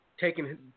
Taking